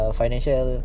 financial